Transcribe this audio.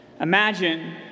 Imagine